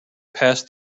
passed